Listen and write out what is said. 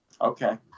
Okay